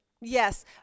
Yes